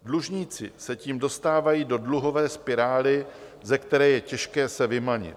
Dlužníci se tím dostávají do dluhové spirály, ze které je těžké se vymanit.